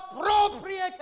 appropriated